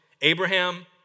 Abraham